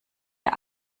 der